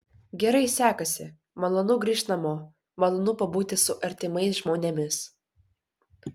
gerai sekasi malonu grįžt namo malonu pabūti su artimais žmonėmis